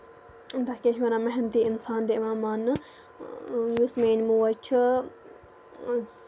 تَتھ کیاہ چھِ وَنان محنتی اِنسان تہِ یِوان ماننہٕ یُس میٲنۍ موج چھِ